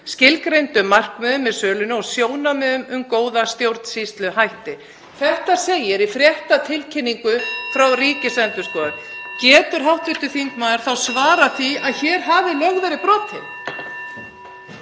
skilgreindum markmiðum með sölunni og sjónarmiðum um góða stjórnsýsluhætti“. Þetta segir í fréttatilkynningu frá Ríkisendurskoðun. Getur hv. þingmaður sagt að hér hafi lög verið brotin?